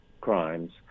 crimes